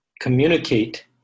communicate